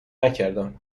نکردم